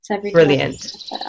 Brilliant